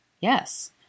Yes